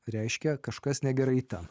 reiškia kažkas negerai ta